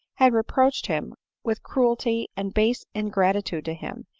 had reproached him with cruelty and base ingratitude to him,